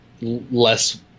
less